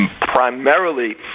primarily